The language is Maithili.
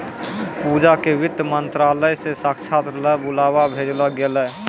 पूजा क वित्त मंत्रालय स साक्षात्कार ल बुलावा भेजलो गेलै